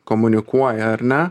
komunikuoja ar ne